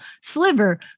sliver